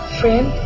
friend